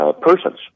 persons